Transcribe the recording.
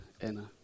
Anna